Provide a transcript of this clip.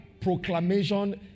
proclamation